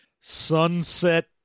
Sunset